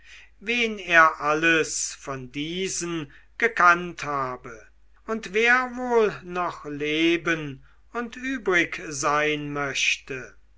wen er alles von diesen gekannt habe und wer wohl noch leben und übrig sein möchte